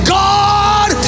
god